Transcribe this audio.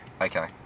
Okay